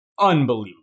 unbelievable